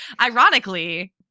ironically